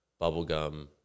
bubblegum